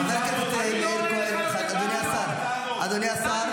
למה --- אני לא אענה לך יותר,